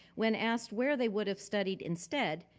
when asked where they would have studied instead,